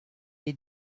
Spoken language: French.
les